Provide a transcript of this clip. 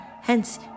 Hence